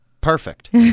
Perfect